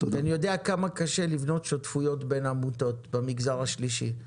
אני יודע כמה קשה לבנות שותפויות בין עמותות במגזר השלישי.